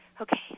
Okay